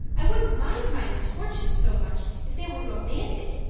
i wouldn't mind my misfortunes so much if they were romantic,